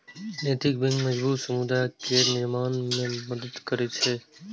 नैतिक बैंक मजबूत समुदाय केर निर्माण मे मदति करै छै